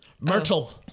Myrtle